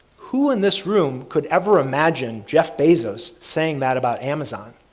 who in this room could ever imagine jeff bezos saying that about amazon?